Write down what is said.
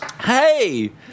Hey